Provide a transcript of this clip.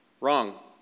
wrong